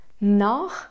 Nach